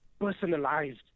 personalized